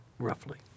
roughly